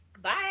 Bye